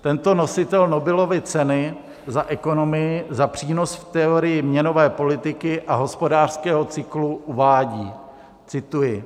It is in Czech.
Tento nositel Nobelovy ceny za ekonomii za přínos v teorii měnové politiky a hospodářského cyklu uvádí cituji: